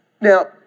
Now